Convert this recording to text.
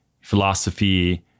philosophy